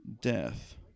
Death